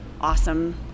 awesome